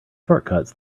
shortcuts